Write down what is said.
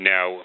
Now